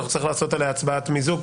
אנחנו נצטרך לעשות עליה הצבעת מיזוג,